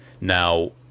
Now